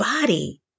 body